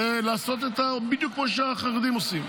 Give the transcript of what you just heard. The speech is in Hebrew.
ולעשות בדיוק כמו שהחרדים עושים.